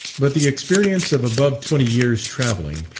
but the experience of above twenty years' travelling,